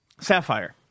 Sapphire